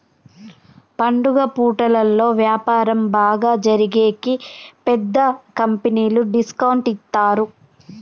పండుగ పూటలలో వ్యాపారం బాగా జరిగేకి పెద్ద కంపెనీలు డిస్కౌంట్ ఇత్తారు